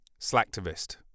slacktivist